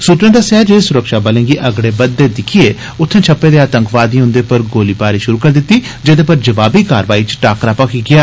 सूत्रें दस्सेया जे स्रक्षाबलें गी अगड़े बधदे दिक्खियै उत्थे छप्पे दे आतंकवादियें उन्दे पर गोलीबारी श्रु करी दिती जेदे पर जवाबी कारवाई च टाकरा भक्खी पेया